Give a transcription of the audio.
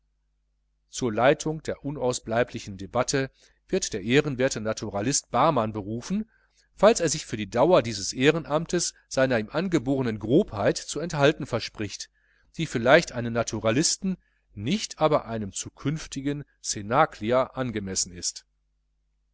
zur leitung der unausbleiblichen debatte wird der ehrenwerte naturalist barmann berufen falls er sich für die dauer dieses ehrenamtes seiner ihm angeborenen grobheit zu enthalten verspricht die vielleicht einem naturalisten nicht aber einem zukünftigen cnaclier angemessen ist